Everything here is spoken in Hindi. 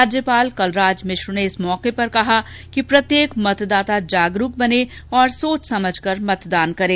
राज्यपाल कलराज मिश्र ने इस मौके पर कहा कि प्रत्येक मतदाता जागरूक बने और सोच समझकर मतदान करे